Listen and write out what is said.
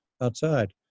outside